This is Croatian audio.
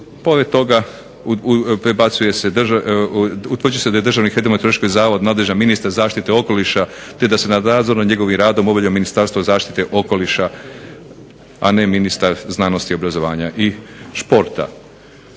pored toga utvrđuje se da je Državni hidrometeorološki zavod nadređen ministar zaštite okoliša te da se nad nadzor nad njegovim radom obavlja Ministarstvo zaštite okoliša, a ne ministar znanosti, obrazovanja i športa.